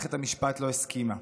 ומערכת המשפט לא הסכימה.